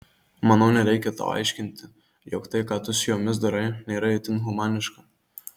manau nereikia tau aiškinti jog tai ką tu su jomis darai nėra itin humaniška